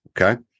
Okay